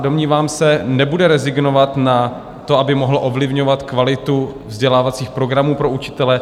Domnívám se, že stát nebude rezignovat na to, aby mohl ovlivňovat kvalitu vzdělávacích programů pro učitele.